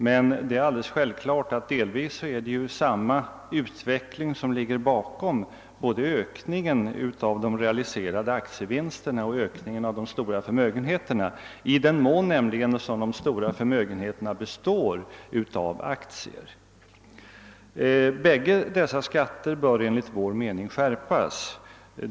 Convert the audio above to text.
Men delvis är det samma utveckling som ligger bakom ökningen av de realiserade aktievinsterna och ökningen av de stora förmögenheterna, nämligen i den mån de stora förmögenheterna består av aktier. Bägge dessa skatter bör enligt vår mening skärpas.